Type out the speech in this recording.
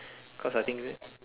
cause I think